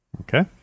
Okay